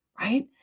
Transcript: right